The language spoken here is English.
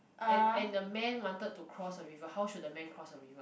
and and the man wanted to cross the river how should the man cross the river